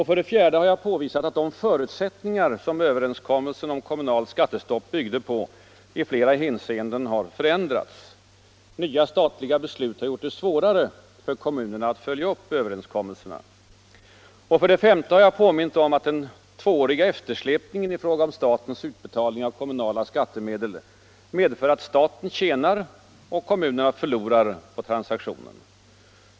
För det fjärde har jag påvisat hur de förutsättningar som överenskommelsen om kommunalt skattestopp byggde på i flera hänseenden förändrats. Nya statliga beslut har gjort det svårare för kommunerna att följa upp överenskommelserna. För det femte har jag påmint om att den tvååriga eftersläpningen i fråga om statens utbetalningar av kommunala skattemedel medför att staten tjänar och kommunerna förlorar på transaktionen.